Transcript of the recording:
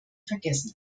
vergessen